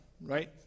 right